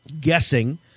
guessing